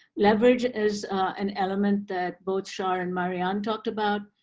leverage is an element that both shar and marianne talked about,